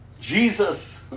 Jesus